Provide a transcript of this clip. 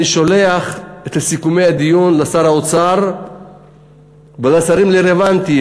אני שולח את סיכומי הדיון לשר האוצר ולשרים רלוונטיים